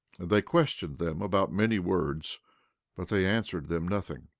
and they questioned them about many words but they answered them nothing.